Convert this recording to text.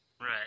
right